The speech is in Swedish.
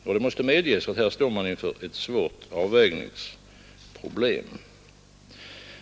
Och det måste medges, att man här står inför ett svårt avvägningsproblem.